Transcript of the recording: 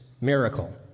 miracle